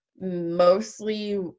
mostly